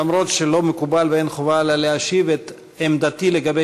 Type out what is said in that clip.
למרות שלא מקובל ואין חובה עלי להשיב ולומר את עמדתי לגבי